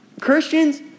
Christians